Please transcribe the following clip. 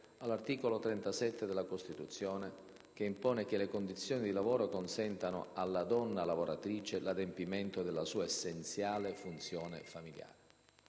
all'articolo 37 della Costituzione, che impone che le condizioni di lavoro consentano alla donna lavoratrice «l'adempimento della sua essenziale funzione familiare».